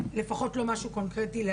לפחות לא משהו שאני אישית שמעתי,